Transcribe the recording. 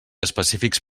específics